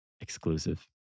exclusive